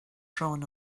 drawn